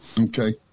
Okay